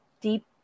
deep